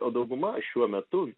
o dauguma šiuo metu